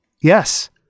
Yes